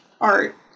Art